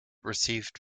received